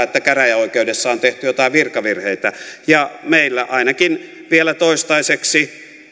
että käräjäoikeudessa on tehty jotain virkavirheitä ja meillä ainakin vielä toistaiseksi